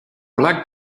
black